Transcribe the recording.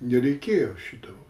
nereikėjo šito